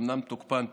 אומנם תוקפן פג,